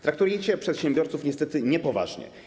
Traktujecie przedsiębiorców niestety niepoważnie.